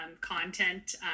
content